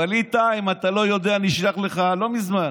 ווליד טאהא, אם אתה לא יודע אני אשלח לך, לא מזמן